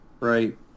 Right